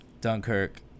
Dunkirk